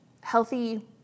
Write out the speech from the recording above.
healthy